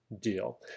deal